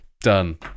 Done